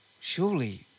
Surely